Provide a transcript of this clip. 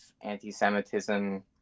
anti-Semitism